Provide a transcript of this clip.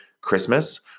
Christmas